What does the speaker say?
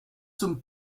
zum